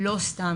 לא סתם.